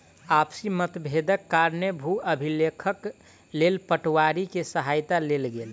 आपसी मतभेदक कारणेँ भू अभिलेखक लेल पटवारी के सहायता लेल गेल